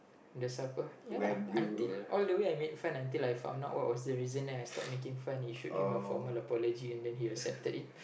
the supper ya lah until all the way I made friend until I found out what was the reason then I stopped making friend issued him a formal apology and then he accepted it